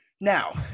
Now